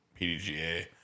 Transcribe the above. PDGA